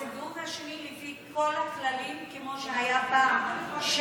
הסיבוב השני לפי כל הכללים כמו שהיה פעם,